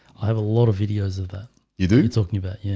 i have a lot of videos of that you do talking about. yeah,